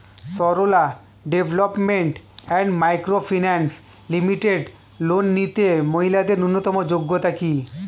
Sarala development and micro finance limited loan নিতে মহিলাদের ন্যূনতম যোগ্যতা কী?